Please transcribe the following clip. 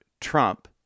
Trump